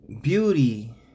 beauty